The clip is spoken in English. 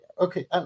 okay